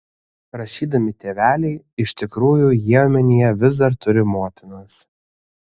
rašydami tėveliai iš tikrųjų jie omenyje vis dar turi motinas